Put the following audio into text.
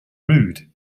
rude